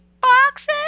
Boxes